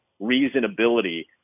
reasonability